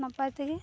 ᱱᱟᱯᱟᱭ ᱛᱮᱜᱮ